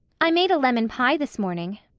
i made a lemon pie this morning.